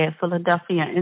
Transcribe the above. Philadelphia